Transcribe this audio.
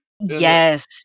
yes